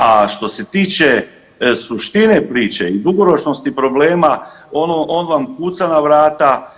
A što se tiče suštine priče i dugoročnosti problema ono, on vam kuca na vrata.